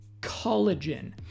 collagen